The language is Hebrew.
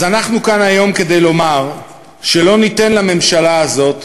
אז אנחנו כאן היום כדי לומר שלא ניתן לממשלה הזאת